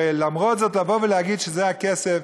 ולמרות זאת לבוא להגיד שזה הכסף,